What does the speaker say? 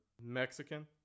Mexican